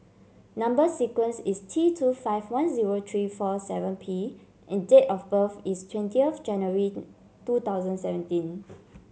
number sequence is T two five one zero three four seven P and date of birth is twentieth January two thousand seventeen